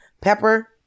Pepper